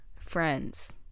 Friends